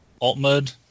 alt-mode